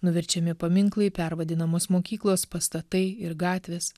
nuverčiami paminklai pervadinamos mokyklos pastatai ir gatvės